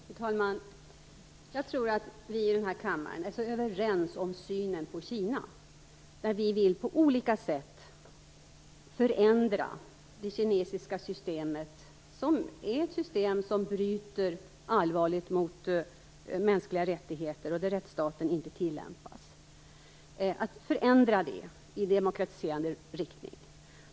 Fru talman! Jag tror att vi i denna kammare är överens om synen på Kina. Vi vill på olika sätt förändra det kinesiska systemet, som är ett system som allvarligt bryter mot mänskliga rättigheter. Det är ingen rättsstat. Vi vill förändra det i demokratiserande riktning.